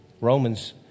Romans